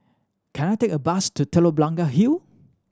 can I take a bus to Telok Blangah Hill